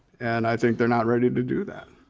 and i think they're not ready to do that.